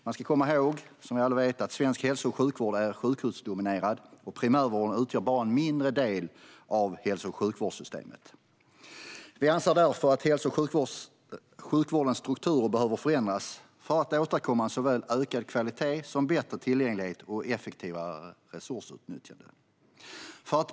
Man ska komma ihåg att svensk hälso och sjukvård är sjukhusdominerad, och primärvården utgör bara en mindre del av hälso och sjukvårdssystemet. Vi anser därför att hälso och sjukvårdens strukturer behöver förändras för att åstadkomma såväl ökad kvalitet som bättre tillgänglighet och effektivare resursutnyttjande.